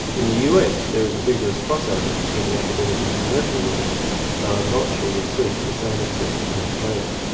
in the us, there is a vigorous crossover between the academic and commercial worlds that i am not sure we see to the same extent in australia.